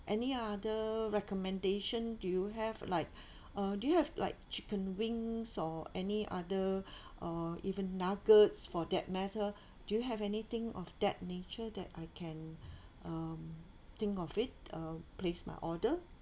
any other recommendation do you have like uh do you have like chicken wings or any other or even nuggets for that matter do you have anything of that nature that I can um think of it uh place my order